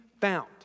found